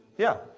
yeah.